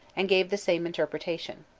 and gave the same interpretation.